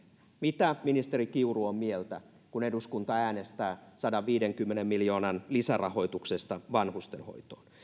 mitä ministeri kiuru on mieltä kun eduskunta äänestää sadanviidenkymmenen miljoonan lisärahoituksesta vanhustenhoitoon